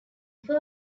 fur